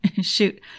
Shoot